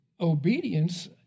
obedience